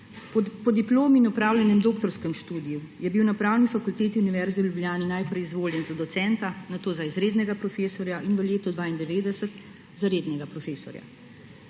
Po diplomi in opravljenem doktorskem študiju je bil na Pravni fakulteti Univerze v Ljubljani najprej izvoljen za docenta, nato za izrednega profesorja in v letu 1992 za rednega profesorja.